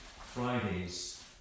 Fridays